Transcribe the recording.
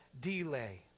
delay